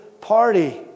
party